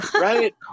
Right